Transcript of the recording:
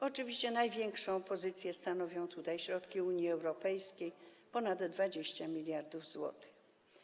Oczywiście największą pozycję stanowią tutaj środki Unii Europejskiej, to ponad 20 mld zł.